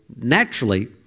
naturally